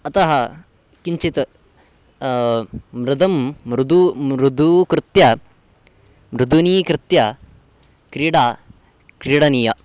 अतः किञ्चित् मृदं मृदू मृदूकृत्य मृदुनी कृत्य क्रीडा क्रीडनीया